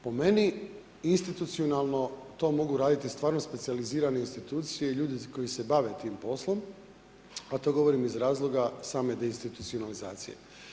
Po meni, institucionalno to mogu raditi stvarno specijalizirane institucije i ljudi koji se bave tim poslom, a to govorim iz razloga same deinstitucionalizacije.